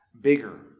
bigger